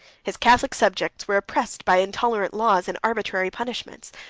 his catholic subjects were oppressed by intolerant laws and arbitrary punishments.